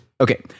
Okay